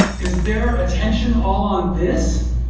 is their attention all on this?